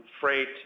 freight